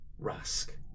Rask